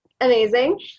amazing